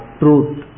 truth